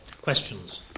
Questions